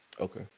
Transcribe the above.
Okay